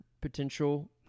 potential